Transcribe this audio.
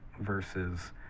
versus